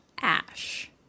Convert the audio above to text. Ash